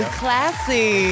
classy